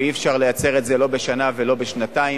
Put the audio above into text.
ואי-אפשר לייצר את זה לא בשנה ולא בשנתיים,